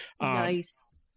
nice